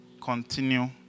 continue